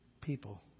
people